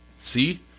See